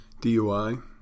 DUI